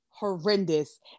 Horrendous